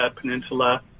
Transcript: peninsula